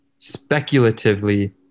speculatively